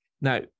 Now